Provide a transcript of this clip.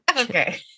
okay